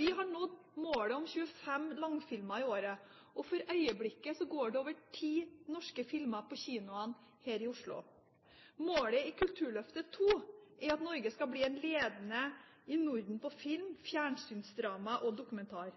Vi har nådd målet om 25 langfilmer i året. For øyeblikket går det over ti norske filmer på kinoene her i Oslo. Målet i Kulturløftet II er at Norge skal bli ledende i Norden på film, fjernsynsdrama og dokumentar.